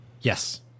Yes